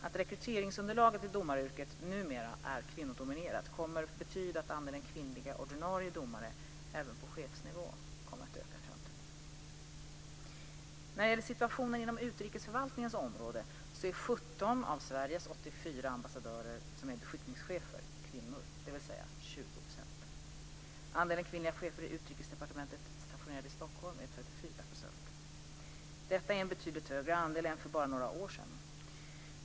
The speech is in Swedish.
Att rekryteringsunderlaget till domaryrket numera är kvinnodominerat, kommer förmodligen betyda att andelen kvinnliga ordinarie domare, även på chefsnivå, kommer att öka i framtiden. När det gäller situationen inom utrikesförvaltningens område är 17 av Sveriges 84 ambassadörer, som är beskickningschefer, kvinnor, dvs. ca 20 %. Stockholm är 34 %. Detta är en betydligt högre andel än för bara några år sedan.